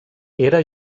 era